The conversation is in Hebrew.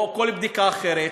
או כל בדיקה אחרת,